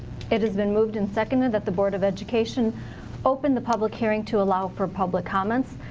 it has been moved and seconded that the board of education open the public hearing to allow for public comments.